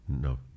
no